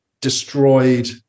destroyed